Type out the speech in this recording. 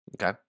Okay